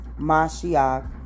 Mashiach